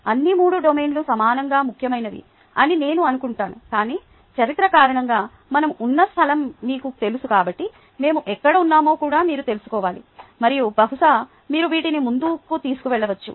అన్ని 3 డొమైన్లు సమానంగా ముఖ్యమైనవి అని నేను అనుకుంటున్నాను కాని చరిత్ర కారణంగా మనం ఉన్న స్థలం మీకు తెలుసు కాబట్టి మేము ఎక్కడ ఉన్నామో కూడా మీరు తెలుసుకోవాలి మరియు బహుశా మీరు వీటిని ముందుకు తీసుకెళ్లవచ్చు